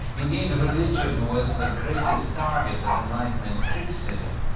indeed religion was the greatest target of enlightenment criticism,